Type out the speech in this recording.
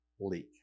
leak